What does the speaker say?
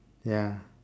ya